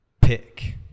pick